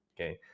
okay